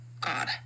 God